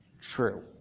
true